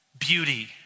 beauty